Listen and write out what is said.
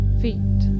feet